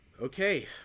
okay